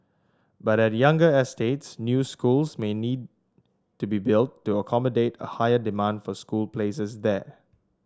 but at younger estates new schools may need to be built to accommodate a higher demand for school places there